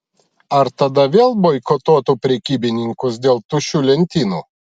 ar tada vėl boikotuotų prekybininkus dėl tuščių lentynų